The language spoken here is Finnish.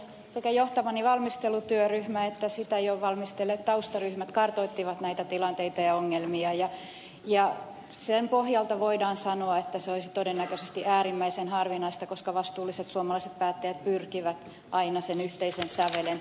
sekä johtamani valmistelutyöryhmä että sitä jo valmistelleet taustaryhmät kartoittivat näitä tilanteita ja ongelmia ja sen pohjalta voidaan sanoa että se olisi todennäköisesti äärimmäisen harvinaista koska vastuulliset suomalaiset päättäjät pyrkivät aina sen yhteisen sävelen löytämään